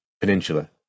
Peninsula